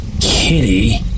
kitty